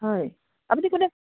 হয় আপুনি কোনে